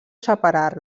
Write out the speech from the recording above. separar